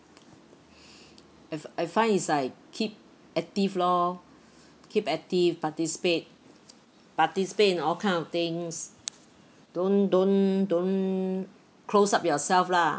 I fi~ I find it's like keep active lor keep active participate participate in all kind of things don't don't don't close up yourself lah